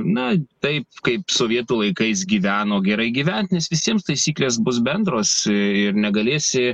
na taip kaip sovietų laikais gyveno gerai gyvent nes visiems taisyklės bus bendros ir negalėsi